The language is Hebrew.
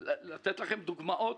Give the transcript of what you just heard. להציג לכם דוגמאות